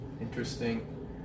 interesting